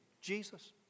Jesus